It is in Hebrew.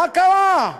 מה קרה?